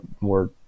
more